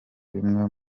bimwe